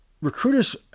recruiters